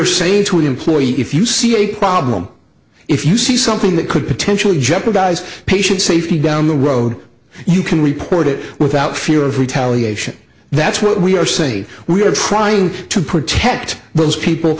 an employee if you see a problem if you see something that could potentially jeopardize patient safety down the road you can report it without fear of retaliation that's what we are saying we are trying to protect those people